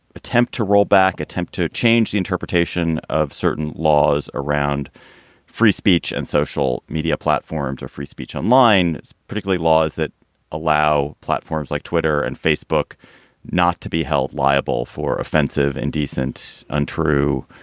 attempt to rollback, attempt to change the interpretation of certain laws around free speech and social media platforms or free speech online. particularly laws that allow platforms like twitter and facebook not to be held liable for offensive, indecent, untrue,